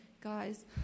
guys